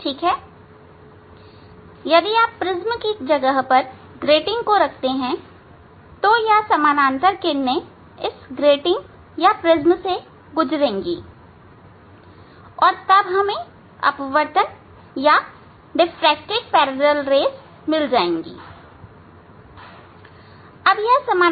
ठीक है यदि आप प्रिज्म की जगह ग्रेटिंग को रखते हैं तब यह समानांतर के किरणें इस ग्रेटिंग या प्रिज्म से गुजरेगी और तब हमें अपवर्तन या डिफ्रैक्टेड समानांतर किरणें मिल रही हैं